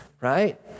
right